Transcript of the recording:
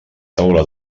taula